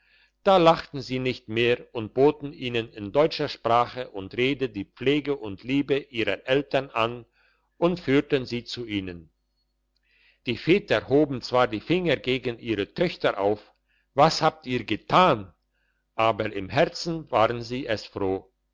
da lachten sie nicht mehr und boten ihnen in deutscher sprache und rede die pflege und liebe ihrer eltern an und führten sie zu ihnen die väter hoben zwar die finger gegen ihre töchter auf was habt ihr getan aber im herzen waren sie es froh